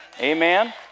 Amen